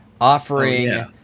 offering